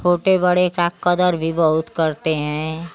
छोटे बड़े का कद्र भी बहुत करते हैं